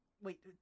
Wait